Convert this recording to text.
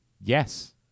yes